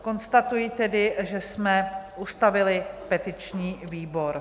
Konstatuji tedy, že jsme ustavili petiční výbor.